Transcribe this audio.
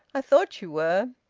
i thought you were.